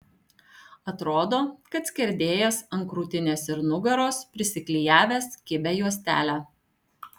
atrodo kad skerdėjas ant krūtinės ir nugaros prisiklijavęs kibią juostelę